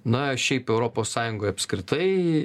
na šiaip europos sąjungoj apskritai